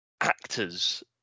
actors